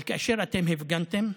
אבל כאשר אתם הפגנתם,